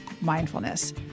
mindfulness